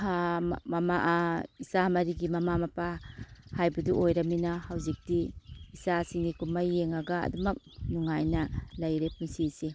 ꯏꯆꯥ ꯃꯔꯤꯒꯤ ꯃꯃꯥ ꯃꯄꯥ ꯍꯥꯏꯕꯗꯨ ꯑꯣꯏꯔꯃꯤꯅ ꯍꯧꯖꯤꯛꯇꯤ ꯏꯆꯥꯁꯤꯡꯒꯤ ꯀꯨꯝꯍꯩ ꯌꯦꯡꯉꯒ ꯑꯗꯨꯃꯛ ꯅꯨꯡꯉꯥꯏꯅ ꯂꯩꯔꯦ ꯄꯨꯟꯁꯤꯁꯦ